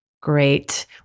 great